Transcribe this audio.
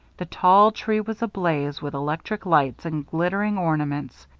the tall tree was ablaze with electric lights and glittering ornaments.